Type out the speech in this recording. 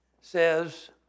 says